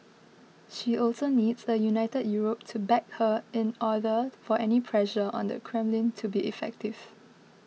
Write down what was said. she also needs a united Europe to back her in order for any pressure on the Kremlin to be effective